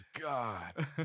god